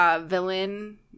villain